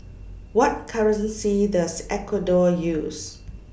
What currency Does Ecuador use